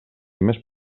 més